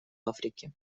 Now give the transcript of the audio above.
африке